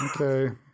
Okay